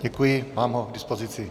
Děkuji, mám ho k dispozici.